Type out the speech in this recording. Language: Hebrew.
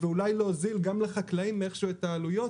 ואולי להוזיל גם לחקלאים איכשהו את העלויות